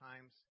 times